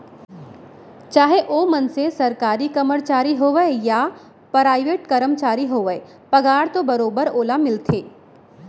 चाहे ओ मनसे सरकारी कमरचारी होवय या पराइवेट करमचारी होवय पगार तो बरोबर ओला मिलथे